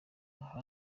aha